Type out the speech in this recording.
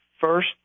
First